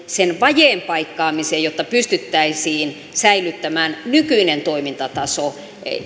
sen vajeen paikkaamiseen jotta pystyttäisiin säilyttämään nykyinen toimintataso